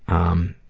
um,